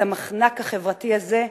את המחנק החברתי הזה,